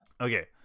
Okay